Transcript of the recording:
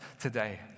today